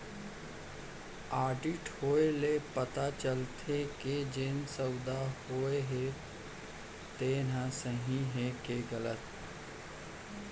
audit होए ले पता चलथे के जेन सउदा होए हे तेन ह सही हे के गलत